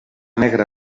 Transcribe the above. negra